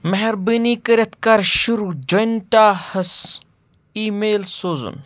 مہربٲنی کٔرِتھ کَر شروٗع جونِٹا ہس ایٖی میل سوزُن